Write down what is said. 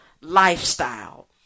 lifestyle